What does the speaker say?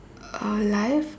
uh life